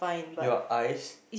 your eyes